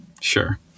Sure